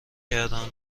کردم